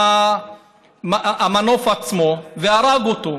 מהמנוף עצמו והרג אותו.